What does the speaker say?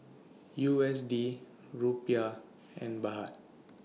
U S D Rupiah and Baht